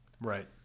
Right